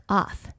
off